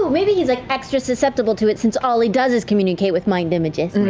maybe he's like extra-susceptible to it since all he does is communicate with mind images. and and